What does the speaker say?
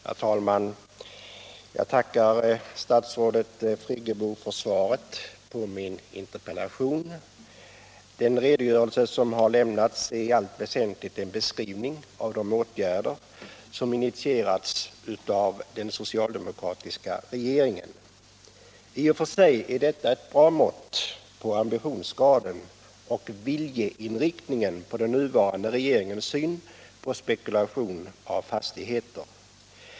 Herr talman! Jag tackar statsrådet Friggebo för svaret på min interpellation. Den redogörelse som har lämnats är i allt väsentligt en beskrivning av de åtgärder som initierats av den socialdemokratiska regeringen. I och för sig är detta ett bra mått på ambitionsgraden och viljeinriktningen när det gäller den nuvarande regeringens syn på spekulationen i fastigheter.